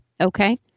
okay